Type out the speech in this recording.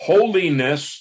Holiness